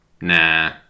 Nah